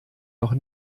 noch